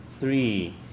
three